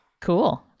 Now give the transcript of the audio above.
Cool